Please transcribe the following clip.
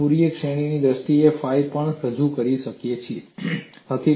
Fourier શ્રેણીની દ્રષ્ટિએ તમે ફાઈ પણ રજૂ કરી શકો છો